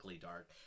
dark